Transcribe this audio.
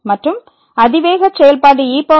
மற்றும் அதிவேக செயல்பாடு ec